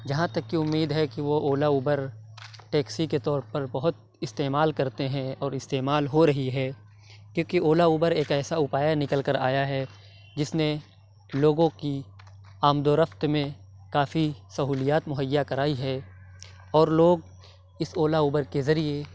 جہاں تک کہ امید ہے کہ وہ اولا اوبر ٹیکسی کے طور پر بہت استعمال کرتے ہیں اور استعمال ہو رہی ہے کیوں کی اولا اوبر ایک ایسا اپائے نکل کر آیا ہے جس نے لوگوں کی آمد و رفت میں کافی سہولیات مہیا کرائی ہے اور لوگ اس اولا اوبر کے ذریعے